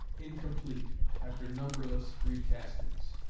incomplete after numberless recastings.